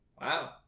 Wow